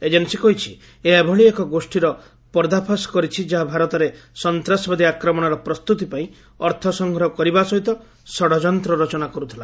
agency କହିଛି ଏହା ଏଭଳି ଏକ ଗୋଷୀର ପର୍ଦ୍ଦାଫାସ୍ କରିଛି ଯାହା ଭାରତରେ ସନ୍ତାସବାଦୀ ଆକ୍ରମଣର ପ୍ରସ୍ତୁତି ପାଇଁ ଅର୍ଥ ସଂଗ୍ରହ କରିବା ସହିତ ଷଡ଼ଯନ୍ତ ରଚନା କରୁଥିଲା